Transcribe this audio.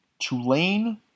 Tulane